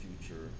future